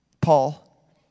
Paul